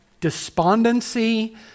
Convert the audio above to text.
despondency